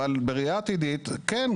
אבל בראייה עתידית כן,